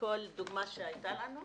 מכל דוגמא שהייתה לנו,